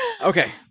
Okay